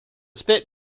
spit